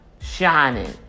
shining